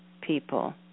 people